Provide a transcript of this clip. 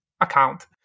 account